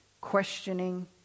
questioning